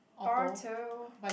orto